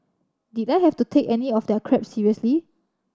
did I have to take any of their crap seriously